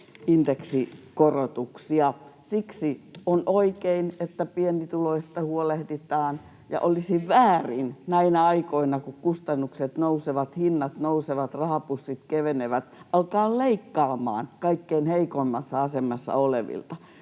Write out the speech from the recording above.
siksi on oikein, että pienituloisista huolehditaan, ja olisi väärin näinä aikoina, kun kustannukset nousevat, hinnat nousevat, rahapussit kevenevät, alkaa leikkaamaan kaikkein heikoimmassa asemassa olevilta,